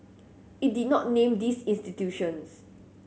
it did not name these institutions